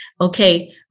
okay